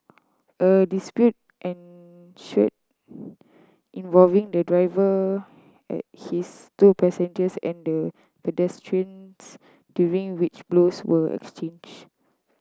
a dispute ensued involving the driver his two passengers and the pedestrians during which blows were exchanged